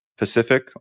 Pacific